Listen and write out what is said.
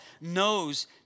knows